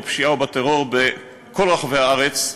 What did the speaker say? בפשיעה ובטרור בכל רחבי הארץ,